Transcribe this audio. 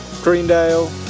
Greendale